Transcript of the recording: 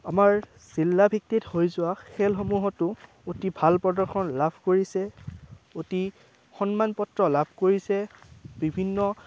আমাৰ জিলাভিত্তিত হৈ যোৱা খেলসমূহতো অতি ভাল প্ৰদৰ্শন লাভ কৰিছে অতি সন্মান পত্ৰ লাভ কৰিছে বিভিন্ন